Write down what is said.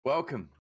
welcome